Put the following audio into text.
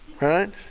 Right